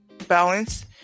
balance